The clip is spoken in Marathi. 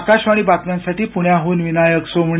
आकाशवाणी बातम्यांसाठी पुण्याहून विनायक सोमणी